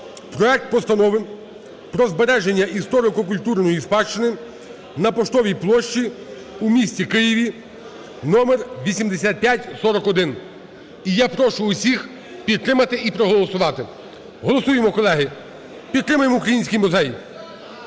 проект Постанови про збереження історико-культурної спадщини на Поштовій площі у місті Києві (№ 8541). І я прошу всіх підтримати, і проголосувати. Голосуємо, колеги, підтримаємо український музей,